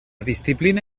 disciplina